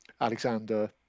alexander